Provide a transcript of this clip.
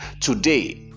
Today